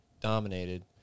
dominated